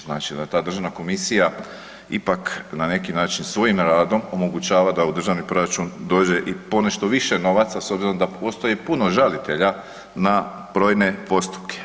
Znači da ta državna komisija ipak na neki način svojim radom, omogućava da u državni proračun dođe i ponešto više novaca s obzirom da postoji puno žalitelja na brojne postupke.